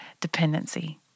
dependency